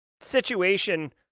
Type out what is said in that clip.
situation